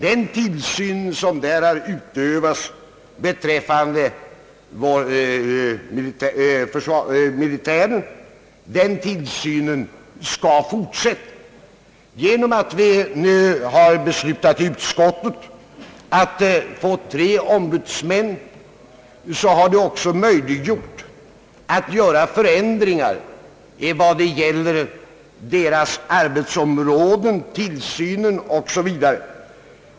Den tillsyn som han har utövat beträffande militären skall fortsätta. Genom att utskottet beslutat att det skall bli tre ombudsmän har det också blivit möjligt att göra förändringar beträffande deras arbetsområden, tillsynen osv.